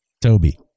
Toby